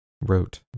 wrote